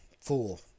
Fool